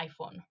iphone